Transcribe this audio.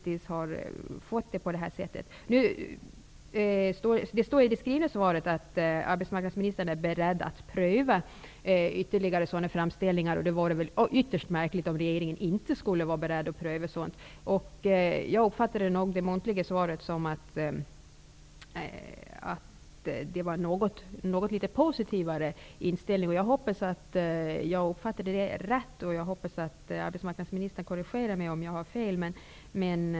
I det skrivna svaret står att arbetsmarknadsministern är beredd att pröva ytterligare sådana framställningar, och det vore väl ytterst märkligt om regeringen inte skulle vara beredd till det. Jag uppfattade det muntliga svaret som ett uttryck för en något positivare inställning, och jag hoppas att jag uppfattade det rätt och att arbetsmarknadsministern korrigerar mig om jag har fel.